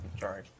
sorry